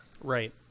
right